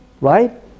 right